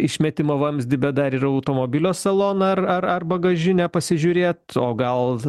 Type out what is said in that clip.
išmetimo vamzdį bet dar ir automobilio saloną ar ar ar bagažinę pasižiūrėt o gal